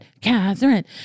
Catherine